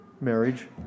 Marriage